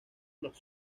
los